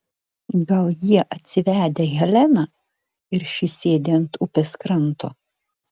gal jie atsivedę heleną ir ši sėdi ant upės kranto